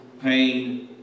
Pain